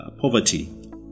poverty